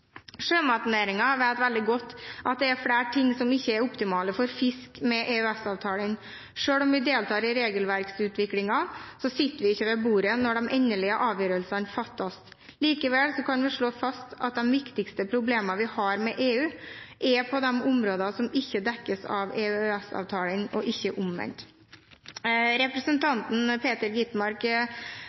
vet veldig godt at det er flere ting med EØS-avtalen som ikke er optimale for fisk. Selv om vi deltar i regelverksutviklingen, sitter vi ikke ved bordet når de endelige avgjørelsene fattes. Likevel kan vi slå fast at de viktigste problemene vi har med EU, er på de områdene som ikke dekkes av EØS-avtalen, og ikke omvendt. Representanten Peter Skovholt Gitmark